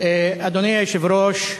אדוני היושב-ראש,